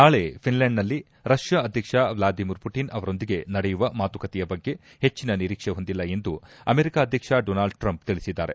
ನಾಳೆ ಫಿನ್ಲೆಂಡ್ನಲ್ಲಿ ರಷ್ಠಾ ಅಧ್ಯಕ್ಷ ವ್ಲಾಡಿಮಿರ್ ಪುಟನ್ ಅವರೊಂದಿಗೆ ನಡೆಯುವ ಮಾತುಕತೆಯ ಬಗ್ಗೆ ಹೆಚ್ಚಿನ ನಿರೀಕ್ಷೆ ಹೊಂದಿಲ್ಲ ಎಂದು ಅಮೆರಿಕ ಅಧ್ಯಕ್ಷ ಡೋನಾಲ್ಡ್ ಟ್ರಂಪ್ ತಿಳಿಸಿದ್ದಾರೆ